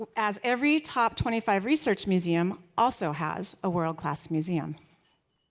as every top twenty five research museum also has a world class museum.